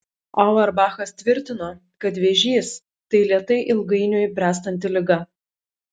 auerbachas tvirtino kad vėžys tai lėtai ilgainiui bręstanti liga